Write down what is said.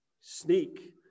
Sneak